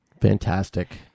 Fantastic